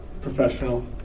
professional